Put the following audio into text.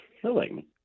killing